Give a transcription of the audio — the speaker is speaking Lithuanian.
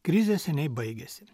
krizė seniai baigėsi